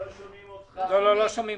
משום שהתוצר לעובד בישראל הוא יחסית נמוך ל-OECD,